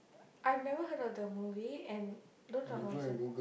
I've never heard of the movie and don't talk nonsense